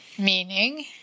meaning